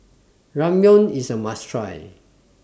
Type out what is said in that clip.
Ramyeon IS A must Try